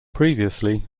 previously